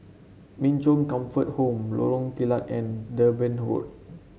Min Chong Comfort Home Lorong Kilat and Durban Road